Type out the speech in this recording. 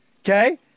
okay